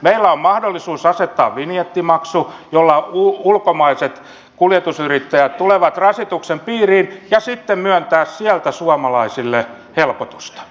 meillä on mahdollisuus asettaa vinjettimaksu jolla ulkomaiset kuljetusyrittäjät tulevat rasituksen piiriin ja sitten myöntää sieltä suomalaisille helpotusta